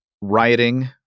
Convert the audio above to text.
rioting